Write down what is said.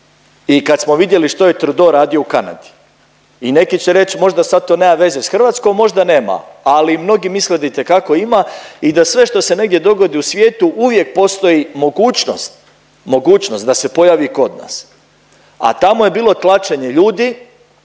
i kad smo vidjeli što je Trudeau radio u Kanadi i neki će reć možda sad to nema veze s Hrvatskom. Možda nema, ali mnogi misle da itekako ima i da sve što se negdje dogodi u svijetu uvijek postoji mogućnost, mogućnost da se pojavi kod nas, a tamo je bilo tlačenje ljudi,